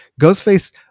Ghostface